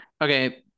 Okay